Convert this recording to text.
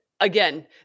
again